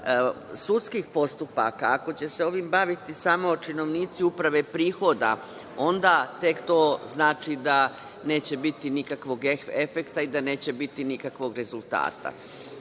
sudskih postupaka, ako će se ovim baviti samo činovnici Uprave prihoda, onda tek to znači da neće biti nikakvog efekta i da neće biti nikakvog rezultata. Vi